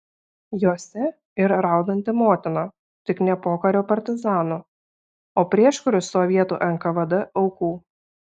jose ir raudanti motina tik ne pokario partizanų o prieškariu sovietų nkvd aukų